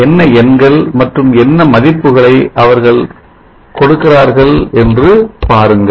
என்ன எண்கள் மற்றும் என்ன மதிப்புகளை அவர்கள் கொடுக்கிறார்கள் என்பதை பாருங்கள்